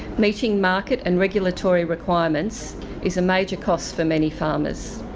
meeting market and regulatory requirements is a major cost for many farmers.